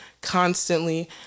constantly